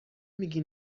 میگی